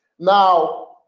now